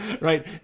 right